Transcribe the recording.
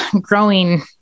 growing